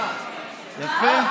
יפה?